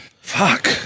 Fuck